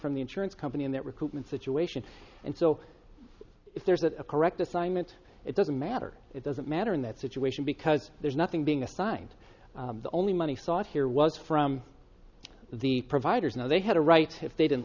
from the insurance company in that recruitment situation and so if there's a correct assignment it doesn't matter it doesn't matter in that situation because there's nothing being assigned the only money sought here was from the providers now they had a right if they didn't